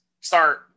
start